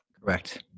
Correct